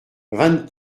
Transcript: vingt